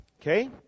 Okay